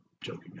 joking